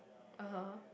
uh [huh]